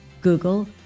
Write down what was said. Google